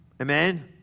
Amen